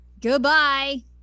Goodbye